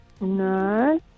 No